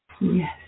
Yes